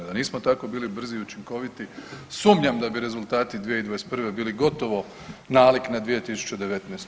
Da nismo tako bili brzi i učinkoviti sumnjam da bi rezultati 2021. bili gotovo nalik na 2019.